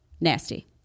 Nasty